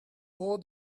all